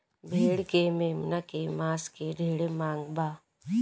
भेड़ के मेमना के मांस के ढेरे मांग बा